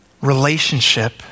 relationship